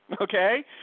Okay